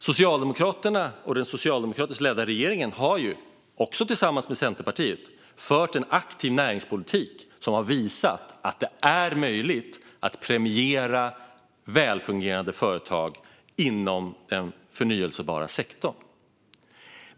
Socialdemokraterna och den socialdemokratiskt ledda regeringen har, också tillsammans med Centerpartiet, fört en aktiv näringspolitik som har visat att det är möjligt att premiera välfungerande företag inom den förnybara sektorn.